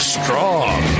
strong